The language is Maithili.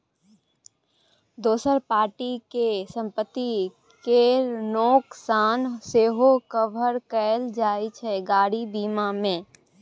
दोसर पार्टी केर संपत्ति केर नोकसान सेहो कभर कएल जाइत छै गाड़ी बीमा मे